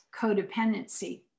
codependency